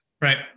Right